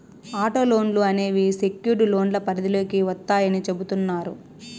auto లోన్లు అనేవి secured లోన్ల పరిధిలోకి వత్తాయని చెబుతున్నారు